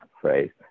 phrase